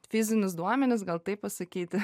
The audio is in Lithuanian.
fizinius duomenis gal taip pasakyti